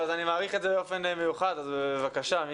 בבקשה.